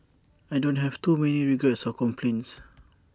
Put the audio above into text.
I don't have too many regrets or complaints